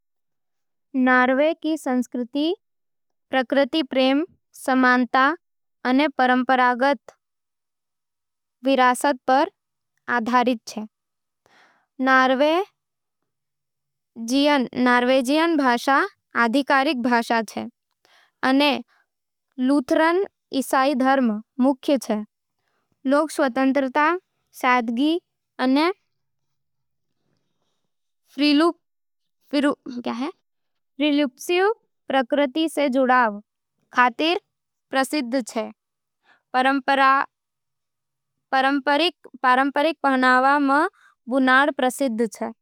नॉर्वे रो संस्कृति प्रकृति प्रेम, समानता अने परंपरागत विरासत पर आधारित छे। नॉर्वेजियन भाषा आधिकारिक होवे, अने लूथरन ईसाई धर्म मुख्य होवे। लोग स्वतंत्रता, सादगी अने फ्रीलूफ्सलिव प्रकृति सै जुड़ाव खातर प्रसिद्ध होवे। पारंपरिक पहनावा में बुनाड प्रसिद्ध छे।